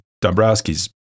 Dombrowski's